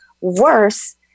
worse